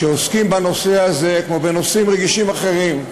כשעוסקים בנושא הזה, כמו בנושאים רגישים אחרים,